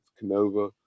Canova